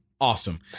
awesome